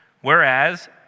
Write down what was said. Whereas